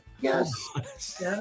Yes